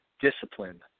discipline